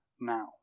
now